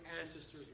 ancestors